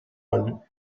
one